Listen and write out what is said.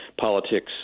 politics